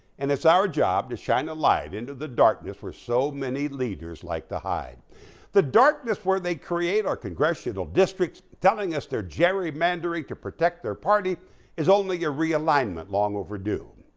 and it's our job to shine the light into the darkness for so many leaders like to hide the darkness where they create our congressional districts telling us their gerrymandering to protect their party is only a realignment long overdue.